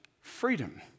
freedom